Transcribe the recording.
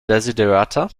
desiderata